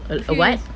a a what